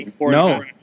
no